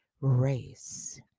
race